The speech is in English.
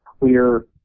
clear